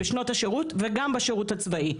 בשנות השירות וגם בשירות הצבאי.